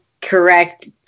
correct